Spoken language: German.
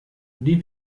die